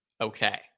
Okay